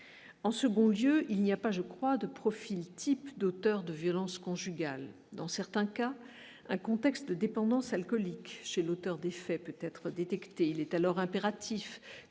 en second lieu il n'y a pas, je crois, de profil type d'auteurs de violences conjugales, dans certains cas un contexte dépendance alcoolique chez l'auteur des faits peut-être détecté, il est alors impératif que